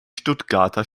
stuttgarter